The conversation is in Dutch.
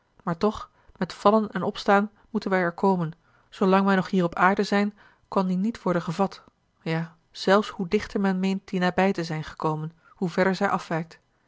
maar toch met vallen en opstaan moeten wij er komen zoolang we nog hier op aarde zijn kan die niet worden gevat ja zelfs hoe dichter men meent die nabij te zijn gekomen hoe verder zij afwijkt